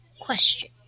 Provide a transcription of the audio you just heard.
question